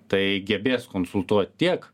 tai gebės konsultuot tiek